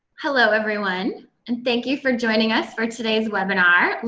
hello, everyone. and thank you for joining us for today's webinar,